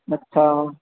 ਅੱਛਾ